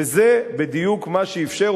וזה בדיוק מה שאפשר,